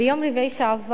ביום רביעי שעבר,